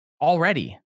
already